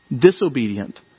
disobedient